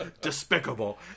despicable